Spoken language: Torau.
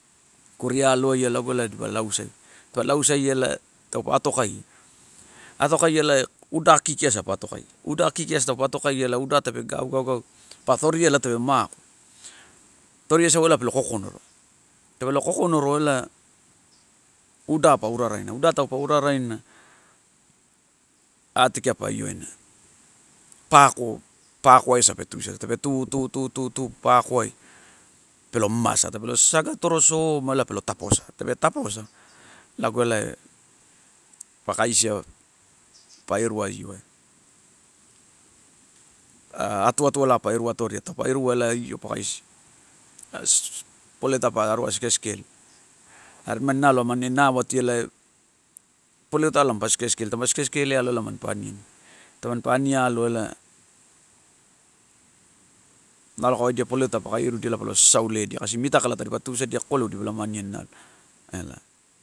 Kurialoaia lago ela dipa lausaia, taupe lausaia ela taupe atokaia. Atokai elae uda kiki asa pa atokaia, uda kiki asa taupe atokaia ela uda tape gaugaugau pa toria ela tape mako toriaisau pelo kokonoro, tape lo kokonoro ela uda pa uraraina, uda taupe ura raina atikiai pa io waina. Pako, pakoaiasa pe tuisala, tape tu tu tu, tu, tu pakoai pelo mamasa tape lo sasaga atorosoma ela pelo tapoasa, tape tapoasa lago elae pakaisia pa iru a oi ai aa atu alai pa iruatoria, taupe irua ela io pa kaisia, poleu tapa aru sike sikeli. Are nnimani nalo amani nawati elae poletai mampa sike, sikele, tampa sike sikele aloa ela mampa aniani. Tamani pa ani aloa elae, nalo kawaidia peleuta pakairudia palo sasau leadia kasi mitakala tadipa tuisadia kokoleu dipa loma aniani nalo elae.